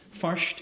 first